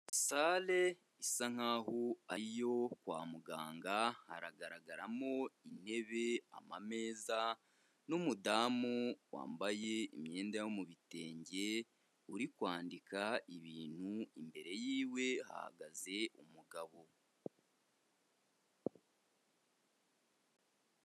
Sale isa nkaho ari iyo kwa muganga haragaragaramo intebe, amameza n'umudamu wambaye imyenda yo mu bitenge, uri kwandika ibintu, imbere yiwe hahagaze umugabo.